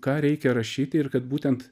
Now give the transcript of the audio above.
ką reikia rašyt ir kad būtent